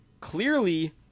clearly